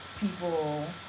people